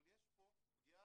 אבל יש פה פגיעה,